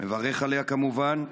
ומברך עליה, כמובן.